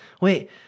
Wait